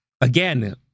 again